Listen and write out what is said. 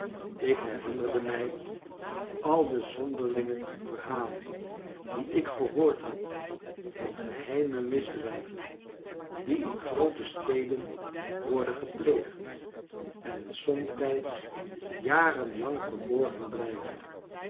ik herinnerde mij al de zonderlinge verhalen die ik gehoord had van geheime misdrij ven die in groote steden worden gepleegd en somtijds jaren lang verborgen blijven